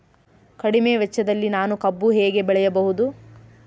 ಕಡಿಮೆ ವೆಚ್ಚದಲ್ಲಿ ನಾನು ಕಬ್ಬು ಹೇಗೆ ಬೆಳೆಯಬಹುದು?